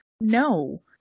No